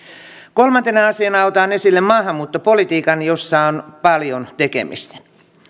kolmantena asiana otan esille maahanmuuttopolitiikan jossa on paljon tekemistä